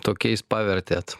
tokiais pavertėt